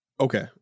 Okay